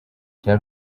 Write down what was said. cya